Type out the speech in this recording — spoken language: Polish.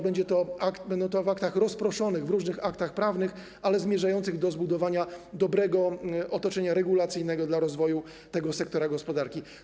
Będzie to w aktach rozproszonych, w różnych aktach prawnych i będzie zmierzało do zbudowania dobrego otoczenia regulacyjnego dla rozwoju tego sektora gospodarki.